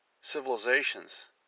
civilizations